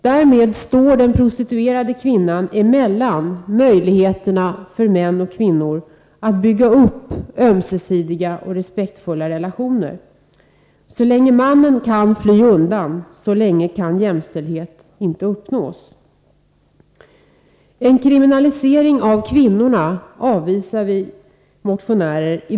Därmed står den prostituerade kvinnan i vägen för möjligheterna för män och kvinnor att bygga upp ömsesidiga och respektfulla relationer. Så länge mannen kan fly undan, så länge kan jämställdhet inte uppnås. En kriminalisering av kvinnorna avvisar vi motionärer.